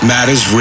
Matters